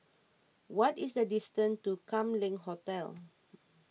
what is the distance to Kam Leng Hotel